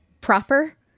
proper